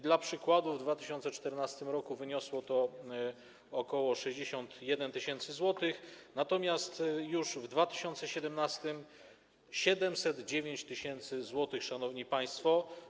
Dla przykładu w 2014 r. wyniosło to ok. 61 tys. zł, natomiast już w 2017 r. - 709 tys. zł, szanowni państwo.